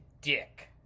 dick